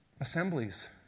Assemblies